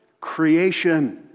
creation